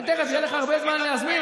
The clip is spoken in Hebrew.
תכף יהיה לך הרבה זמן להגיב,